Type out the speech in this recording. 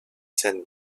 scènes